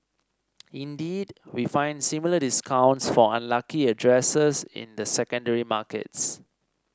indeed we find similar discounts for unlucky addresses in the secondary markets